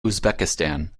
uzbekistan